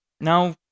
now